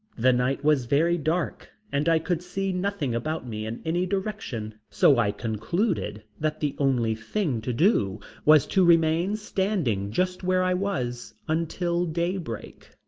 the night was very dark and i could see nothing about me in any direction, so i concluded that the only thing to do was to remain standing just where i was until daybreak.